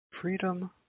freedom